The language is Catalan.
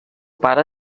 pare